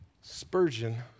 Spurgeon